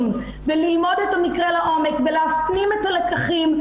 וללמוד את המקרה לעומק ולהפנים את הלקחים,